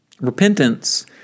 Repentance